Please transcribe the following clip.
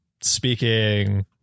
speaking